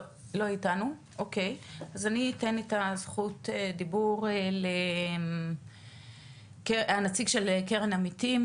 אני אתן את זכות הדיבור לנציג קרן עמיתים,